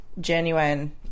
genuine